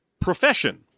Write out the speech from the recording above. profession